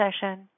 session